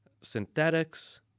synthetics